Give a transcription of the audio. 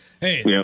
Hey